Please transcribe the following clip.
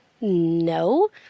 no